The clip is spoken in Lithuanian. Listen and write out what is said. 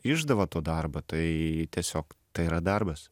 išdava to darbo tai tiesiog tai yra darbas